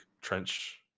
trench